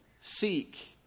seek